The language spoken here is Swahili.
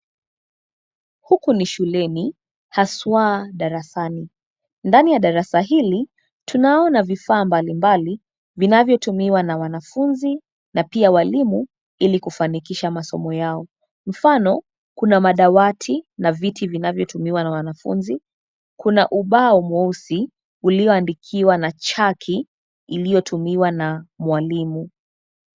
Huku ni shuleni haswa darasani. Ndani ya darasa hili tunaona vifaa mbalimbali vinavyotumiwa na wanafunzi na pia walimu ili kufanikisha masomo yao. Mfano, kuna madawati na viti vinavyotumiwa na wanafunzi, kuna ubao mweusi ulioandikiwa na chaki iliyotumiwa na mwalimu.